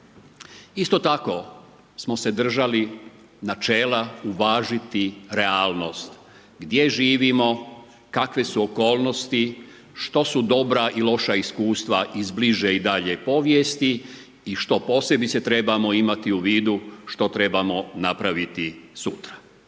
Isto tako smo se držali načela uvažiti realnost gdje živimo, kakve su okolnosti, što su dobra i loša iskustva iz bliže i dalje povijesti i što posebice trebamo imati u vidu što trebamo napraviti sutra.